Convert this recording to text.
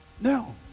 No